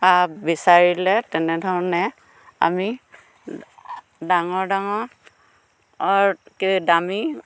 বা বিচাৰিলে তেনেধৰণে আমি ডাঙৰ ডাঙৰতকে দামী